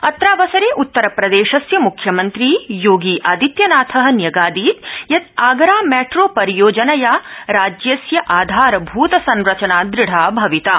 अत्रावसरउत्तर प्रदर्शास्य मुख्यमंत्री योगी आदित्यनाथ न्यगादीत् यत् आगरा मंट्री परियोजनया राज्यस्य आधारभूतसंरचना द्रढा भविता